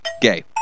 Gay